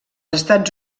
estats